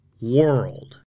world